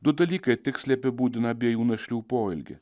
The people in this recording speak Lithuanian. du dalykai tiksliai apibūdina abiejų našlių poelgį